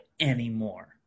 anymore